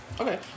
Okay